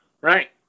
Right